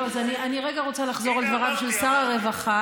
לא, אז אני רגע רוצה לחזור על דבריו של שר הרווחה,